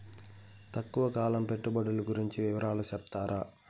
తక్కువ కాలం పెట్టుబడులు గురించి వివరాలు సెప్తారా?